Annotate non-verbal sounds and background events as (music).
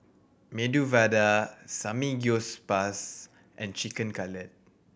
Medu Vada Samgyeopsal (unintelligible) and Chicken Cutlet